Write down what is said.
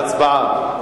הצבעה.